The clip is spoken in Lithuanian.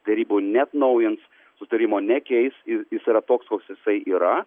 derybų neatnaujins sutarimo nekeis ir jis yra toks koks jisai yra